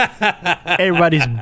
everybody's